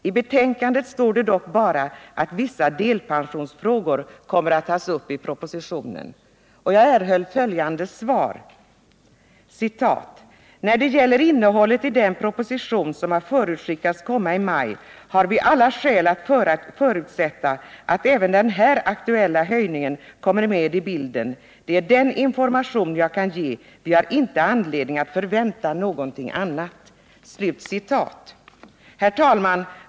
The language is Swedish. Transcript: I betänkandet står det dock bara att vissa delpensionsfrågor kommer att tas upp i propositionen.” Jag erhöll följande svar: ” När det gäller innehållet i den proposition som har förutskickats komma i maj har vi alla skäl att förutsätta att även den här aktuella höjningen kommer med i bilden. Det är den information jag kan ge. Vi har inte anledning att förvänta någonting annat.” Herr talman!